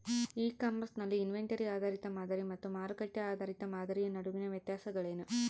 E commerce ನಲ್ಲಿ inventory ಆಧಾರಿತ ಮಾದರಿ ಮತ್ತು ಮಾರುಕಟ್ಟೆ ಆಧಾರಿತ ಮಾದರಿಯ ನಡುವಿನ ವ್ಯತ್ಯಾಸಗಳೇನು?